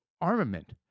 armament